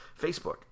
Facebook